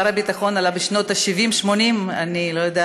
שר הביטחון עלה בשנות ה-70, 80. הוא לא כזה זקן.